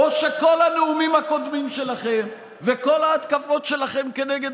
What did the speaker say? או שכל הנאומים הקודמים שלכם וכל ההתקפות שלכם נגד